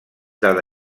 dada